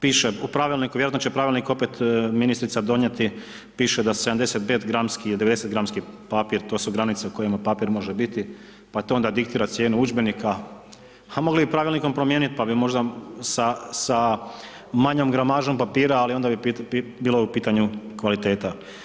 Piše u pravilniku, vjerojatno će pravilnik opet ministrica donijeti pište da 75 gramski, 90 gramski papir to su granice u kojima papir može biti, pa to onda diktira cijenu udžbenika, a mogli bi i pravilnikom promijenit pa bi možda sa manjom gramažom papira, ali onda bi bilo u pitanju kvaliteta.